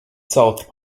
south